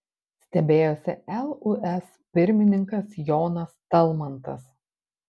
stebėjosi lūs pirmininkas jonas talmantas